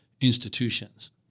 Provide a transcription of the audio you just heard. institutions –